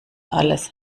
alles